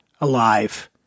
alive